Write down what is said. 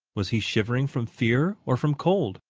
was he shivering from fear or from cold?